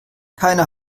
keiner